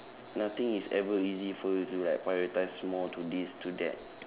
nothing is ever easy for you to like prioritise more to this to that